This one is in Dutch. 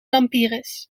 lampiris